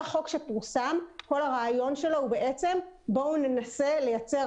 כל הרעיון של תזכיר חוק שפורסם הוא בעצם לנסות לייצר